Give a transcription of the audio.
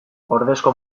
ordezko